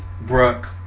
Brooke